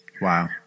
Wow